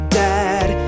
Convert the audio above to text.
dad